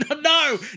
No